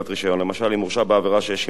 למשל אם הורשע בעבירה שיש עמה קלון.